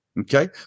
okay